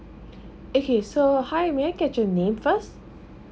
okay so hi may I get your name first